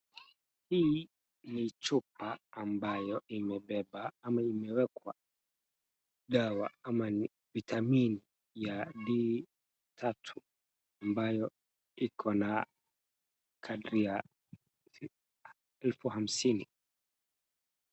Hii ni chupa ambayo imebeba ama imewekwa dawa ama ni vitamini ya D3. Ambayo iko na kadri ya elfu hamsini.